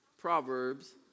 Proverbs